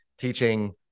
teaching